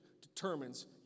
determines